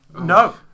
no